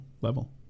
level